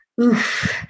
Oof